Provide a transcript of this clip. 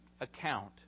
account